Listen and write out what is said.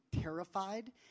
terrified